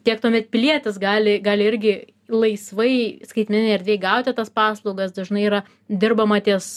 tiek tuomet pilietis gali gali irgi laisvai skaitmeninėj erdvėj gauti tas paslaugas dažnai yra dirbama ties